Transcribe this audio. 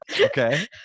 Okay